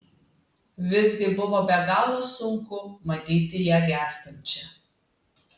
visgi buvo be galo sunku matyti ją gęstančią